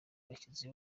abashyitsi